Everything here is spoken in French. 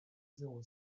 zéro